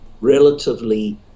relatively